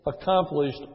accomplished